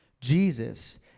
Jesus